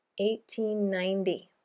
1890